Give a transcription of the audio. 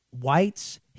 whites